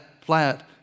flat